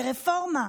לרפורמה.